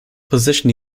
position